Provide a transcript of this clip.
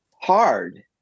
hard